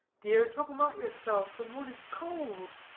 dear, trouble not yourself the morn is cold.